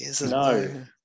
No